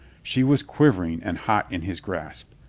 she was quivering and hot in his grasp,